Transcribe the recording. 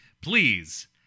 Please